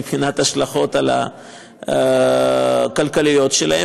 מבחינת ההשלכות הכלכליות שלו,